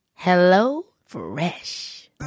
HelloFresh